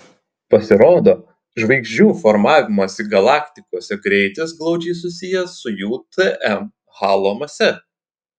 pasirodo žvaigždžių formavimosi galaktikose greitis glaudžiai susijęs su jų tm halo mase